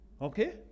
Okay